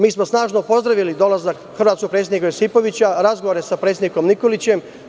Mi smo snažno pozdravili dolazak hrvatskog predsednika Josipovića, razgovore sa predsednikom Nikolićem.